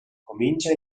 comincia